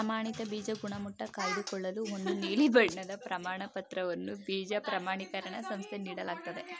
ಪ್ರಮಾಣಿತ ಬೀಜ ಗುಣಮಟ್ಟ ಕಾಯ್ದುಕೊಳ್ಳಲು ಒಂದು ನೀಲಿ ಬಣ್ಣದ ಪ್ರಮಾಣಪತ್ರವನ್ನು ಬೀಜ ಪ್ರಮಾಣಿಕರಣ ಸಂಸ್ಥೆ ನೀಡಲಾಗ್ತದೆ